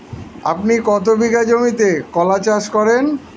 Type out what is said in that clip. আপনি কত বিঘা জমিতে কলা চাষ করেন?